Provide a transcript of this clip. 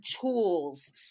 tools